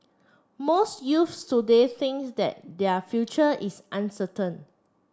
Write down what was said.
most youths today think that their future is uncertain